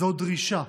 זו דרישה,